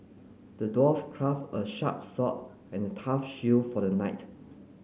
the dwarf crafted a sharp sword and a tough shield for the knight